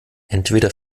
entweder